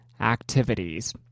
activities